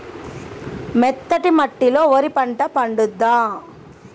మెత్తటి మట్టిలో వరి పంట పండుద్దా?